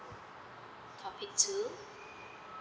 topic two